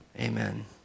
amen